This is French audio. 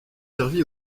servi